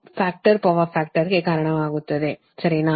8 power ಫ್ಯಾಕ್ಟರ್ಗೆ ಕಾರಣವಾಗುತ್ತದೆ ಸರಿನಾ